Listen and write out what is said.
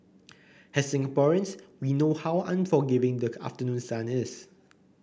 as Singaporeans we know how unforgiving the afternoon sun is